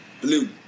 Blue